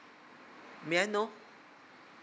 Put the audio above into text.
may I know